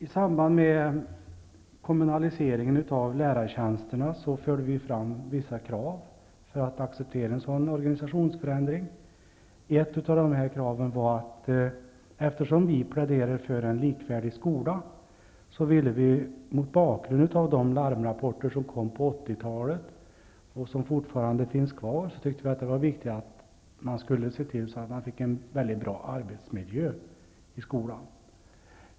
I samband med kommunaliseringen av lärartjänsterna förde vi fram vissa krav för att acceptera en sådan organisationsförändring. Eftersom vi pläderar för en likvärdig skola, var ett av våra krav att skolan skulle få en bra arbetsmiljö. Det kravet reste vi mot bakgrund av de larmrapporter som kom på 80-talet.